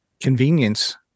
convenience